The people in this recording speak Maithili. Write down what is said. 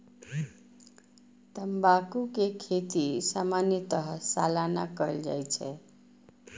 तंबाकू के खेती सामान्यतः सालाना कैल जाइ छै